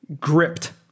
gripped